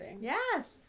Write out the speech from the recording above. Yes